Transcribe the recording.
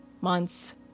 months